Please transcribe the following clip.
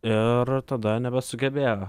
ir tada nebesugebėjo